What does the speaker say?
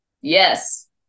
yes